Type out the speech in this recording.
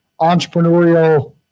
entrepreneurial